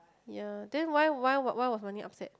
ya then why why why was Wan-Ning upset